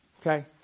Okay